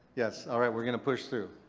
yes, alright. we're going to push through.